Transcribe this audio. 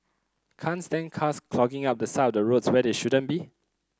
can't stand cars clogging up the side of roads where they shouldn't be